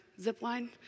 zipline